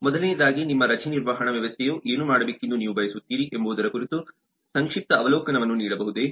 ಮೊದಲನೆಯದಾಗಿ ನಿಮ್ಮ ರಜೆ ನಿರ್ವಹಣಾ ವ್ಯವಸ್ಥೆಯು ಏನು ಮಾಡಬೇಕೆಂದು ನೀವು ಬಯಸುತ್ತೀರಿ ಎಂಬುದರ ಕುರಿತು ಸಂಕ್ಷಿಪ್ತ ಅವಲೋಕನವನ್ನು ನೀಡಬಹುದೇ